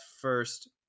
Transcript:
first